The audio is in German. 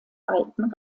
alten